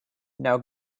now